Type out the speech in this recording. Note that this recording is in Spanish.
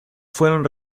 fueron